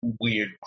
weird